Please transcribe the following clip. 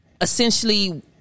essentially